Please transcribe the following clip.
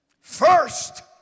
first